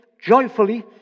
joyfully